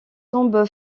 tombe